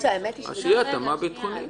שתהיה התאמת ביטחונית.